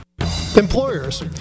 Employers